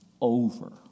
over